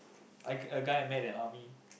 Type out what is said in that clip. I a guy I met in army